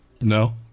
No